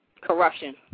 corruption